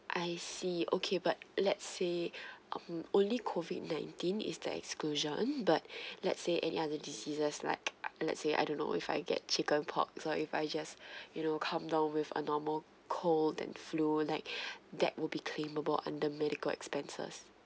I see okay but let's say um only COVID nineteen is the exclusion but let's say any other diseases like let's say I don't know if I get chicken pox or if I just you know come down with a normal cold and flu like that would be claimable under medical expenses